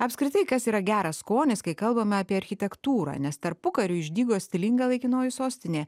apskritai kas yra geras skonis kai kalbame apie architektūrą nes tarpukariu išdygo stilinga laikinoji sostinė